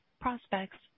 prospects